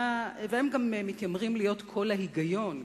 הם גם מתיימרים להיות קול ההיגיון,